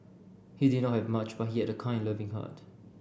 he did not have much but he had a kind and loving heart